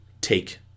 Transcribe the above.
take